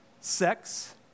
sex